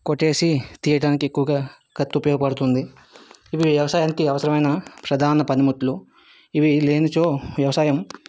కొట్టేసి తీయడానికి ఎక్కువగా కత్తి ఉపయోగపడుతుంది ఇవి వ్యవసాయానికి అవసరమైన ప్రధాన పనిముట్లు ఇవి లేనిచో వ్యవసాయం